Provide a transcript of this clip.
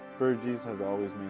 bourgeois has always